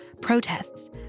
protests